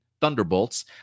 Thunderbolts